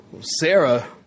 Sarah